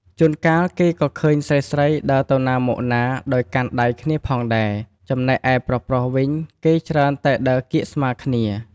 ជួនកាល គេក៏ឃើញស្រីៗដើរទៅណាមកណាដោយកាន់ដៃគ្នាផងដែរ ចំណែកឯប្រុសៗវិញ គេច្រើនតែដើរកៀកស្មាគ្នា។